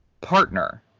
partner